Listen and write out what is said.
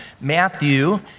Matthew